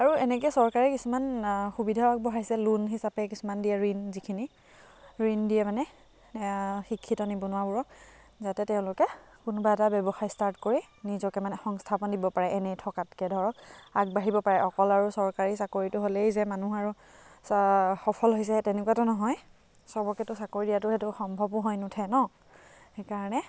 আৰু এনেকৈ চৰকাৰে কিছুমান সুবিধা আগবঢ়াইছে লোন হিচাপে কিছুমান দিয়ে ঋণ যিখিনি ঋণ দিয়ে মানে শিক্ষিত নিবনুৱাবোৰক যাতে তেওঁলোকে কোনোবা এটা ব্যৱসায় ষ্টাৰ্ট কৰি নিজকে মানে সংস্থাপন দিব পাৰে এনেই থকাতকৈ ধৰক আগবাঢ়িব পাৰে অকল আৰু চৰকাৰী চাকৰিটো হ'লেই যে মানুহ আৰু সফল হৈছে তেনেকুৱাতো নহয় সবকেতো চাকৰি দিয়াটো সেইটো সম্ভৱো হৈ নুঠে ন সেইকাৰণে